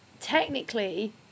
technically